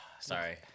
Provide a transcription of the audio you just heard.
Sorry